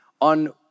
on